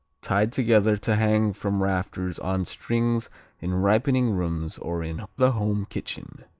tied together to hang from rafters on strings in ripening rooms or in the home kitchen.